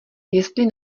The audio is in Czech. jestli